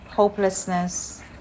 Hopelessness